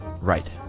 Right